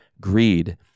greed